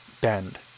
bend